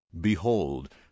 Behold